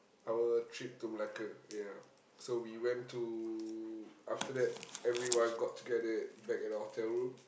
our trip to Malacca ya so we went to after that everyone got together back at the hotel room